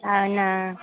అవునా